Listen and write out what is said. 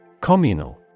Communal